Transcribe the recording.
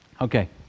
Okay